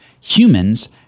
Humans